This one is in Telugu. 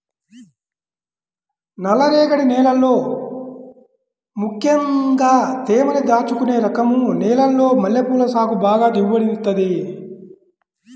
నల్లరేగడి నేలల్లో ముక్కెంగా తేమని దాచుకునే రకం నేలల్లో మల్లెపూల సాగు బాగా దిగుబడినిత్తది